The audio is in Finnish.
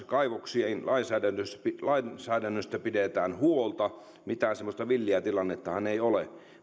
kaivoksien lainsäädännöstä pidetään huolta mitään semmoista villiä tilannettahan ei ole